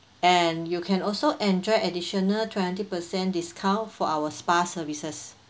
and you can also enjoy additional twenty percent discount for our spa services